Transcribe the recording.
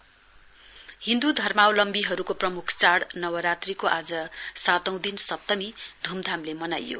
फुलपाती हिन्दु धर्मावलम्बीहरुको प्रमुख चाढ़ नवरात्रीको आज सातौं दिन सप्तमी धूमधामले मनाइयो